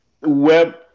web